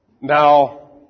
Now